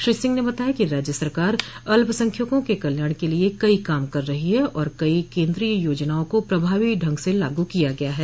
श्री सिंह ने बताया कि राज्य सरकार अल्पसंख्यकों के कल्याण के लिये कई काम कर रही है और कई केन्दोय योजनाओं को प्रभावी ढंग से लागू किया गया है